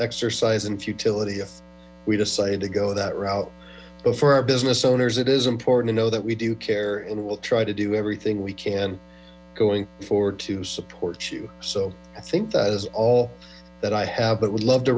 exercise in futility if we decide to go that route but for our business owners it is important to know that we do care and we'll try to do everything we can going forward to support you so i think that is all that i have but we'd love to